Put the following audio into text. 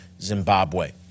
zimbabwe